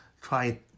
Try